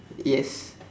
yes